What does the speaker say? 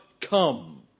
come